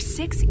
six